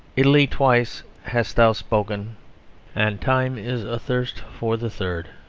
italy, twice hast thou spoken and time is athirst for the third.